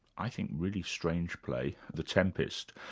i think, really strange play the tempest,